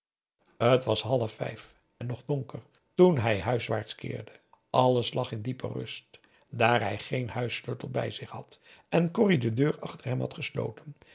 t was half vijf en nog donker toen hij huiswaarts keerde alles lag in diepe rust daar hij geen huissleutel bij zich had en corrie de deur achter hem had gesloten